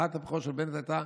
הבטחת הבחירות של בנט הייתה